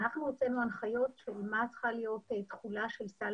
אנחנו הוצאנו הנחיות שאומרות מה צריכה להיות תכולה של סל